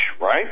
right